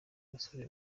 basore